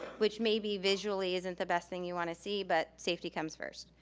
which maybe visually isn't the best thing you wanna see, but safety comes first.